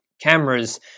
cameras